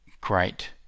great